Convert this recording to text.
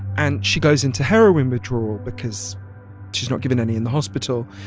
and she goes into heroin withdrawal because she's not given any in the hospital.